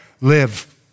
Live